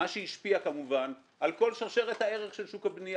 מה שהשפיע כמובן על כל שרשרת הערך של שוק הבנייה.